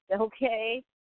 okay